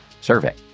survey